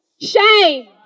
Shame